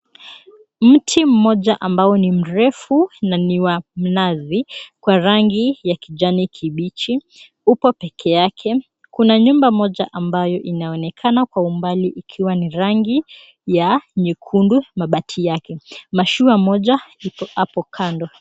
Mti mmoja ambao ni mrefu na ni wa mnazi kwa rangi ya kijani kibichi upo peke yake. Kuna nyumba moja ambayo inaonekana kwa umbali ikiwa ni rangi ya nyekundu mabati yake. Mashua moja iko hapo kando.